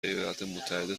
ایالاتمتحده